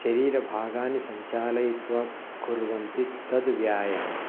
शरीरभागानि सञ्चालयित्वा कुर्वन्ति तद् व्यायामम्